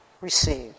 received